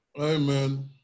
Amen